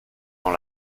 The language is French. dans